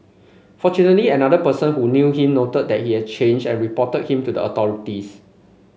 fortunately another person who knew him noted that he had changed and reported him to the authorities